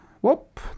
whoop